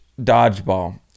Dodgeball